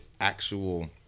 actual